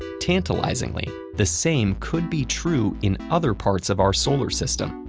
tantalizingly, the same could be true in other parts of our solar system,